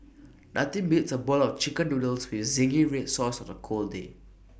nothing beats A bowl of Chicken Noodles with Zingy Red Sauce on A cold day